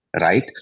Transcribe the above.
right